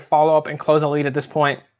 follow up and close a lead at this point.